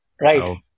Right